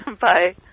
Bye